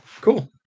Cool